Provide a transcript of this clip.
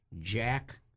Jack